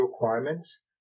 requirements